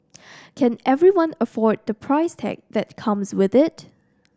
can everyone afford the price tag that comes with it